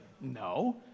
no